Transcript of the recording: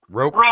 rope